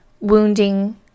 wounding